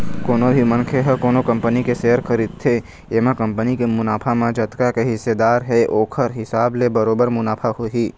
कोनो भी मनखे ह कोनो कंपनी के सेयर खरीदथे एमा कंपनी के मुनाफा म जतका के हिस्सादार हे ओखर हिसाब ले बरोबर मुनाफा होही